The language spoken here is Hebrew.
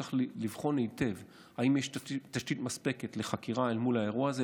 צריך לבחון היטב אם יש תשתית מספקת לחקירה אל מול האירוע הזה.